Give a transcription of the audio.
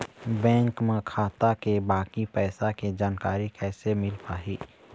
Bank म खाता के बाकी पैसा के जानकारी कैसे मिल पाही?